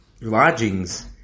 lodgings